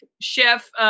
Chef